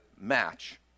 match